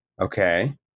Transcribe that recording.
Okay